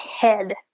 head